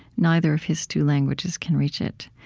neither of his two languages can reach it.